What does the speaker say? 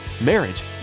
Marriage